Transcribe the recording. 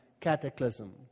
cataclysm